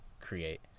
create